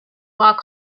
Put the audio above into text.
walk